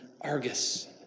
Argus